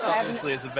obviously is